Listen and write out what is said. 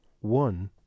one